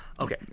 Okay